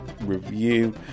review